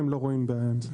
הם לא רואים בעיה עם זה.